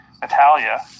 Natalia